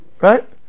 Right